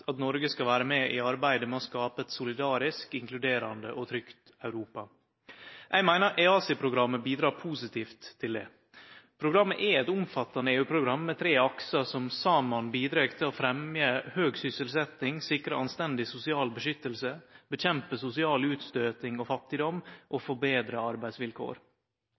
at Noreg skal vere med i arbeidet med å skape eit solidarisk, inkluderande og trygt Europa. Eg meiner EaSI-programmet bidreg positivt til det. Programmet er eit omfattande EU-program med tre aksar som saman bidreg til å fremje høg sysselsetjing, sikre anstendige sosial beskyttelse, motverke sosial utstøyting og fattigdom og forbetre arbeidsvilkår.